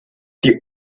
die